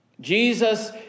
Jesus